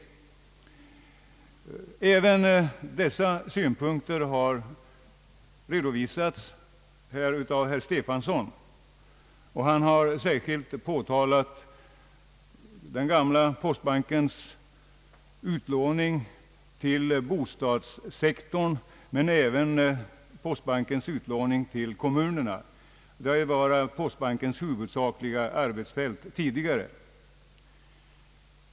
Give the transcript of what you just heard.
Dessa synpunkter har även redovisats av herr Stefanson. Han har särskilt framhållit den gamla postbankens utlåning till bostadssektorn men även dess utlåning till kommunerna. Det har varit postbankens huvudsakliga arbetsfält tidigare.